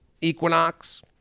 Equinox